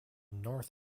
north